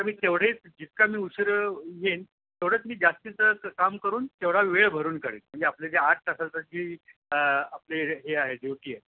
तर मी तेवढेच जितका मी उशीरा येईन तेवढंच मी जास्तीचं काम करून तेवढा वेळ भरून कढीन म्हणजे आपले जे आठ तासासाठी आपली हे आहे ड्यूटी आहे